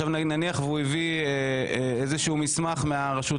נניח שהוא הביא איזשהו מסמך מהרשות